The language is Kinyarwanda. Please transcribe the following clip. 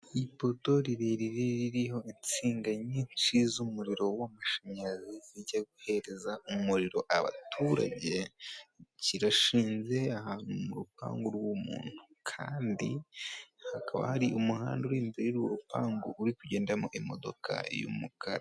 Ipoto rirerire ririho insinga nyinshi z'umuriro w'amashanyarazi zijya guhereza umuriro abaturage, kirashinze ahantu mu rupangu rw'umuntu. Kandi hakaba hari umuhanda uri imbere y'urwo ripangu uri kugenderamo imodoka y'umukara.